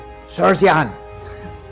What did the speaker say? Sorsian